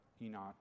Enoch